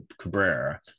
Cabrera